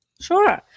Sure